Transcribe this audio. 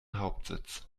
hauptsitz